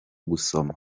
gusoma